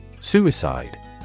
Suicide